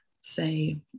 say